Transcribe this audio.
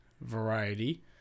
variety